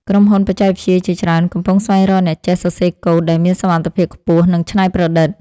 ក្រុមហ៊ុនបច្ចេកវិទ្យាជាច្រើនកំពុងស្វែងរកអ្នកចេះសរសេរកូដដែលមានសមត្ថភាពខ្ពស់ និងច្នៃប្រឌិត។